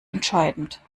entscheidend